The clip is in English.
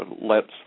lets